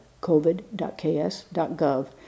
covid.ks.gov